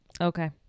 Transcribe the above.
okay